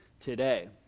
today